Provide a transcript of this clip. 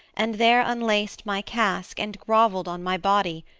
and there unlaced my casque and grovelled on my body,